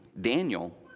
Daniel